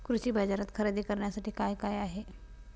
कृषी बाजारात खरेदी करण्यासाठी काय काय आहे?